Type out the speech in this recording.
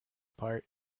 part